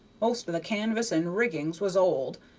most of the canvas and rigging was old,